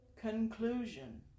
conclusion